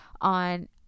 on